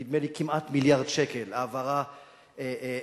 נדמה לי כמעט מיליארד שקל העברה להתנחלויות.